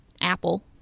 Apple